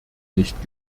nicht